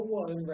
one